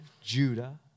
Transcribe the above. Judah